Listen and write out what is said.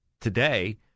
today